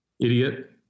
idiot